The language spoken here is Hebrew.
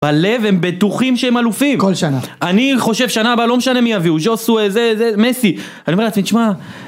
בלב הם בטוחים שהם אלופים. כל שנה. אני חושב שנה הבאה לא משנה מי יביאו, ז'וסו, זה, זה, מסי. אני אומר לעצמי, תשמע...